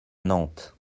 nantes